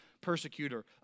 persecutor